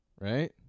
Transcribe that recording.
Right